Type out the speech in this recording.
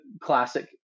classic